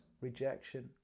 rejection